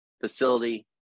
facility